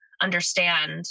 understand